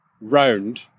round